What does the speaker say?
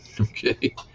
Okay